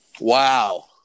Wow